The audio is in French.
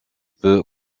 peut